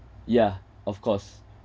yeah of course